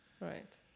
Right